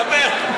דבר.